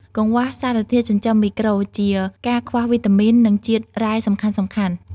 កង្វះសារធាតុចិញ្ចឹមមីក្រូ ជាការខ្វះវីតាមីន និងជាតិរ៉ែសំខាន់ៗ។